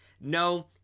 No